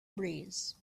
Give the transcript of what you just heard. breeze